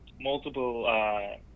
multiple